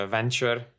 Venture